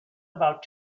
about